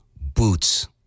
boots